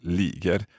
ligger